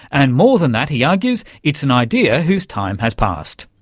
and, more than that, he argues, it's an idea whose time has past.